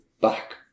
back